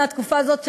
בתקופה הזאת,